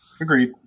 Agreed